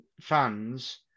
fans